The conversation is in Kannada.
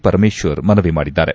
ಪರಮೇಶ್ವರ್ ಮನವಿ ಮಾಡಿದ್ದಾರೆ